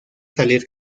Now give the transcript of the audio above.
salir